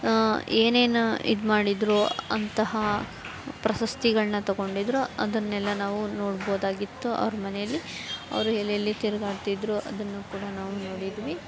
ಏನೇನು ಇದು ಮಾಡಿದರು ಅಂತಹ ಪ್ರಶಸ್ತಿಗಳನ್ನ ತಗೊಂಡಿದ್ದರು ಅದನ್ನೆಲ್ಲ ನಾವು ನೋಡ್ಬೋದಾಗಿತ್ತು ಅವ್ರ ಮನೇಲಿ ಅವರು ಎಲ್ಲೆಲ್ಲಿ ತಿರುಗಾಡ್ತಿದ್ರು ಅದನ್ನು ಕೂಡ ನಾವು ನೋಡಿದ್ವಿ